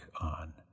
on